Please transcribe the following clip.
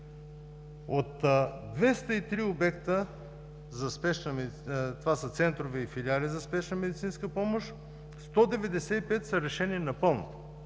От 203 обекта – центрове и филиали за спешна медицинска помощ, 195 са решени напълно.